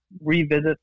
revisit